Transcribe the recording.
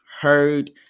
heard